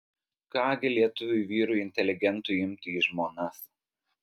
ką gi lietuviui vyrui inteligentui imti į žmonas